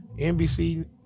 nbc